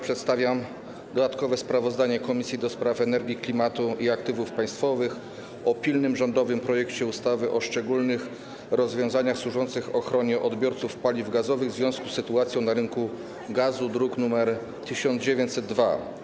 Przedstawiam dodatkowe sprawozdanie Komisji do Spraw Energii, Klimatu i Aktywów Państwowych o pilnym rządowym projekcie ustawy o szczególnych rozwiązaniach służących ochronie odbiorców paliw gazowych w związku z sytuacją na rynku gazu, druk nr 1902.